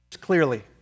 clearly